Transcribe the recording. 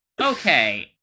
okay